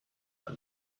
and